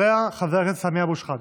אחריה, חבר הכנסת סמי אבו שחאדה.